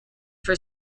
for